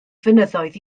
fynyddoedd